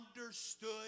understood